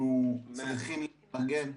אנחנו צריכים להתארגן.